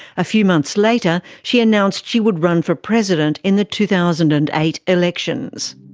a few months later, she announced she would run for president in the two thousand and eight elections.